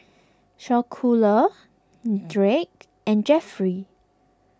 Schuyler Jake and Jeffrey